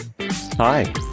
Hi